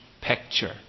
picture